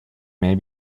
may